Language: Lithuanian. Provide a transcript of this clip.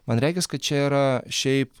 man regis kad čia yra šiaip